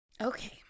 Okay